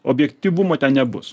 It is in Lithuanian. objektyvumo ten nebus